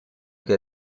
che